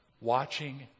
watching